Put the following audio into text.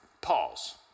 Pause